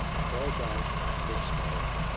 fell back and expired.